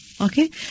Okay